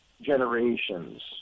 generations